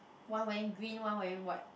one wearing green one wearing white